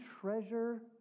treasure